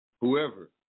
whoever